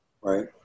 right